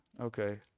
Okay